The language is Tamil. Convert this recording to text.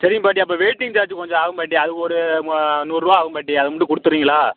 சரிங்க பாட்டி அப்போ வெய்டிங் சார்ஜ் கொஞ்சம் ஆகும் பாட்டி அது ஒரு ப நூறுபா ஆகும் பாட்டி அது மட்டும் கொடுத்துர்றீங்களா